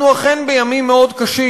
אנחנו אכן בימים מאוד קשים.